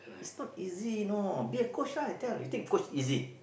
is not easy you know be a coach lah I tell you think coach easy